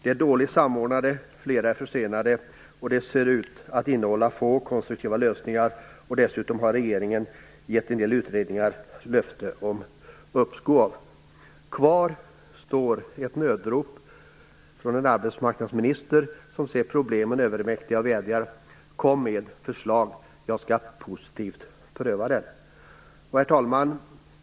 De är dåligt samordnade, flera är försenade, de ser ut att innehålla få konstruktiva lösningar och dessutom har regeringen givit en del utredningar löfte om uppskov. Kvar står ett nödrop från en arbetsmarknadsminister som ser problemen övermäktiga och vädjar: Kom med förslag. Jag skall positivt pröva dem. Herr talman!